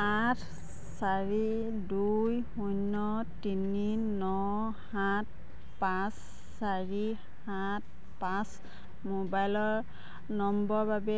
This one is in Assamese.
আঠ চাৰি দুই শূন্য তিনি ন সাত পাঁচ চাৰি সাত পাঁচ মোবাইল নম্বৰ বাবে